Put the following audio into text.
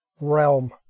realm